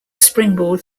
springboard